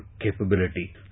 capability